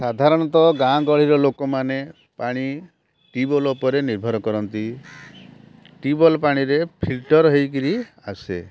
ସାଧାରଣତ ଗାଁ ଗହଳି ଲୋକମାନେ ପାଣି ଟିଉବ୍ୱେଲ୍ ଉପରେ ନିର୍ଭର କରନ୍ତି ଟିଉବ୍ୱେଲ୍ ପାଣିରେ ଫିଲଟର୍ ହେଇକିରି ଆସେ